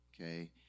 Okay